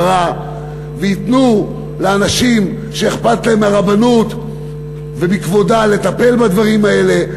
וייתנו לאנשים שאכפת להם מהרבנות ומכבודה לטפל בדברים האלה,